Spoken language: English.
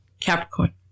Capricorn